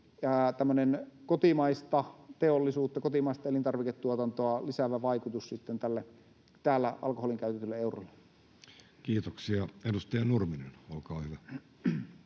kotimaista teollisuutta, kotimaista elintarviketuotantoa lisäävä vaikutus sitten tälle täällä alkoholiin käytetylle eurolle. Kiitoksia. — Edustaja Nurminen, olkaa hyvä.